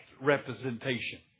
representation